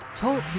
Talk